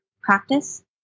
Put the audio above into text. practice